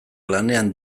lanean